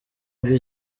uri